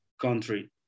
country